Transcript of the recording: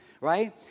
right